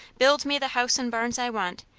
build me the house and barns i want,